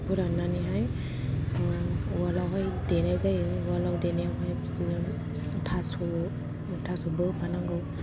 फोराननानैहाय उवाल आवहाय देनाय जायो उवाल आवहाय देनायावहाय बिदिनो थास' थास'बो होफानांगौ